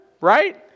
Right